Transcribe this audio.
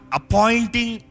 appointing